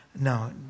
no